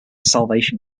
salvation